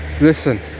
Listen